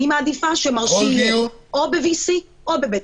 אני מעדיפה שמרשי יהיה או ב-VC או בבית